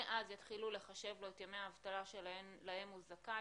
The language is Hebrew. מאז יתחילו לחשב לו את ימי האבטלה שלהם הוא זכאי,